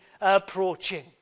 approaching